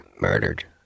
murdered